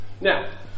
Now